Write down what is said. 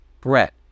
Brett